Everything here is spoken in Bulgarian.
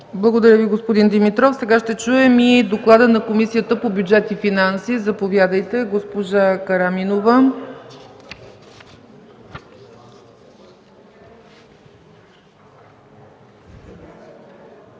Благодаря, господин Димитров. Сега ще чуем доклада на Комисията по бюджет и финанси. Заповядайте, госпожо Караминова. ДОКЛАДЧИК